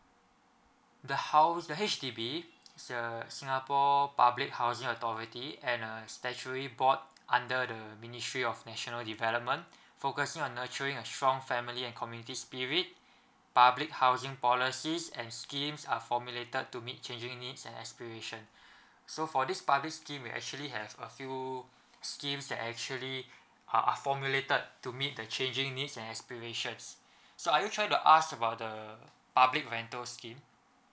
the house the H_D_B is a singapore public housing authority and uh statutory board under the ministry of national development focusing on nurturing a strong family and community spirit public housing policies and schemes uh formulated to meet changing needs and aspiration so for this public scheme will actually have a few schemes that actually uh formulated to meet the changing needs and aspirations so are you trying to ask about the public rental scheme